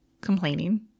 complaining